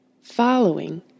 Following